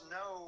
no